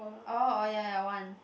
orh orh ya ya one